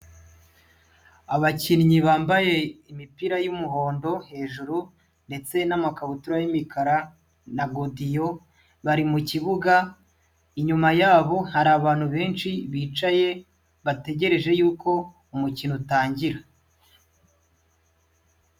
Abakinnyi bambaye imipira y'umuhondo hejuru ndetse n'amakabutura y'imukara na godiyo, bari mukibuga, inyuma yabo hari abantu benshi bicaye, bategereje yuko umukino utangira.